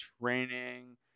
training